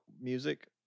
music